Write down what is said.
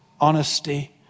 honesty